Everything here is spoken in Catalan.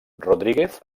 rodríguez